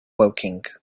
woking